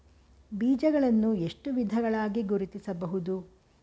ಬೀಜಗಳನ್ನು ಎಷ್ಟು ವಿಧಗಳಾಗಿ ಗುರುತಿಸಬಹುದು?